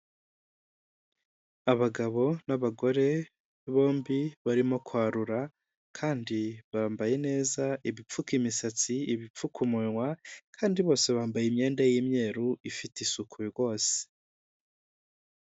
Abagabo n'abagore bombi barimo kwarura kandi bambaye neza ibipfuka imisatsi, ibipfuka umunwa, kandi bose bambaye imyenda y'imyeru ifite isuku rwose.